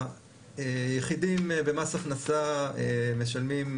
היחידים במס הכנסה משלמים,